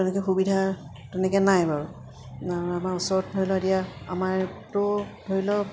তেনেকৈ সুবিধা তেনেকৈ নাই বাৰু আমাৰ ওচৰত ধৰি লওক এতিয়া আমাৰতো ধৰি লওক